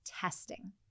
testing